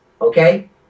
okay